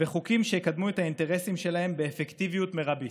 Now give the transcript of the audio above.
וחוקים שיקדמו את האינטרסים שלהם באפקטיביות מרבית.